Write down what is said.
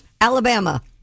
Alabama